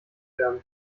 werden